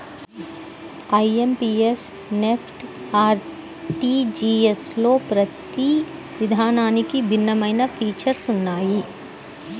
IMPS, NEFT, ఆర్టీజీయస్లలో ప్రతి విధానానికి భిన్నమైన ఫీచర్స్ ఉన్నయ్యి